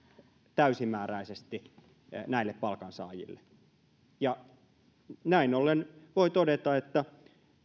täysimääräisesti näille palkansaajille näin ollen voi todeta että